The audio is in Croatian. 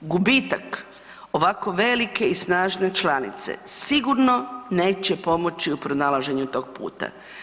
Gubitak ovako velike i snažne članice sigurno neće pomoći u pronalaženju tog puta.